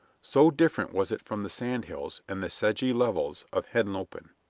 so different was it from the sand hills and the sedgy levels of henlopen.